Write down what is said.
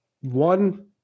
one